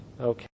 Okay